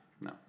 no